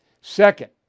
Second